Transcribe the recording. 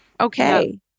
okay